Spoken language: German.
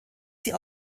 sie